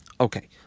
Okay